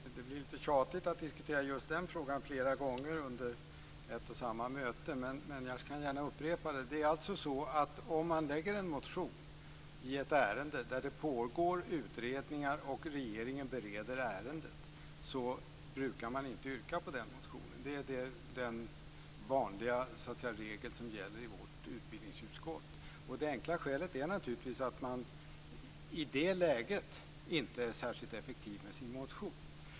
Fru talman! Det blir lite tjatigt att diskutera just den frågan flera gånger i en och samma debatt, men jag kan gärna upprepa vad jag har sagt. Om man lägger fram en motion i ett ärende där det pågår utredningar och regeringen håller på och bereder ärendet, så brukar man inte yrka bifall till den motionen. Det är den regel som gäller i utbildningsutskottet. Det enkla skälet är naturligtvis att man i det läget inte är särskilt effektiv med sin motion.